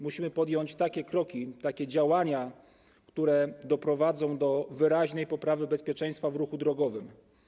Musimy podjąć takie kroki i takie działania, które doprowadzą do wyraźnej poprawy bezpieczeństwa w ruchu drogowym.